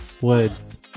woods